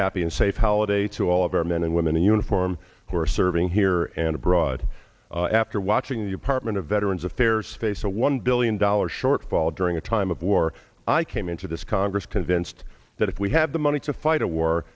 happy and safe holiday to all of our men and women in uniform who are serving here and abroad after was ring the apartment of veterans affairs face a one billion dollar shortfall during a time of war i came into this congress convinced that if we have the money to fight a war